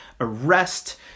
arrest